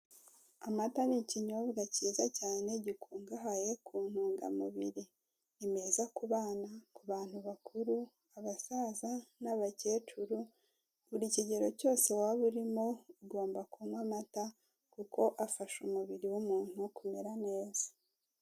Amata ni ikinyobwa kiza cyane gikungahaye ku ntungamubiri ni meza ku bana, ku bantu bakuru, abasaza n'abakecuru buri kigero cyose waba urimo ugomba kunywa amata kuko afasha umubiri w'umuntu kumera neza.